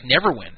Neverwin